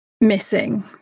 Missing